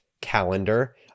calendar